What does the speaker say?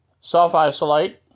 self-isolate